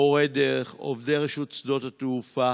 מורי דרך, עובדי רשות שדות התעופה,